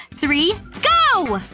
three go!